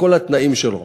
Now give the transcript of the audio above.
לכל התנאים שלו,